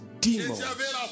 demons